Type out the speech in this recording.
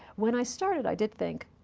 when i started i did think,